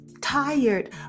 tired